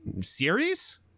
series